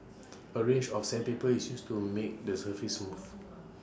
A range of sandpaper is used to make the surface smooth